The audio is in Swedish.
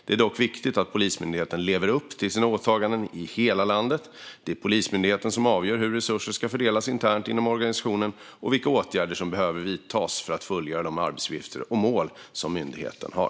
Det är dock viktigt att Polismyndigheten lever upp till sina åtaganden i hela landet. Det är Polismyndigheten som avgör hur resurser ska fördelas internt inom organisationen och vilka åtgärder som behöver vidtas för att fullgöra de arbetsuppgifter och mål som myndigheten har.